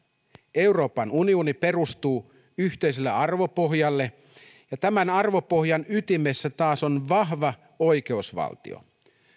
euroopan unioni perustuu yhteiselle arvopohjalle ja tämän arvopohjan ytimessä taas on vahva oikeusvaltio